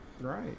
Right